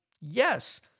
Yes